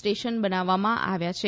station બનાવવામાં આવ્યા છે